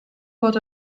what